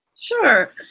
Sure